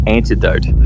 Antidote